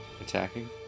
attacking